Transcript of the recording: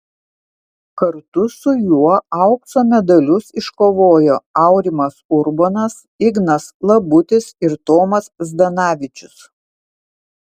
kartu su juo aukso medalius iškovojo aurimas urbonas ignas labutis ir tomas zdanavičius